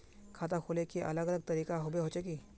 खाता खोले के अलग अलग तरीका होबे होचे की?